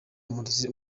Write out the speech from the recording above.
umulisa